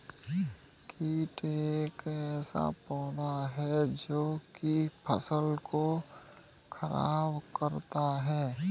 कीट एक ऐसा पौधा है जो की फसल को खराब करता है